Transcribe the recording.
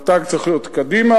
והתג צריך להיות קדימה,